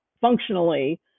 functionally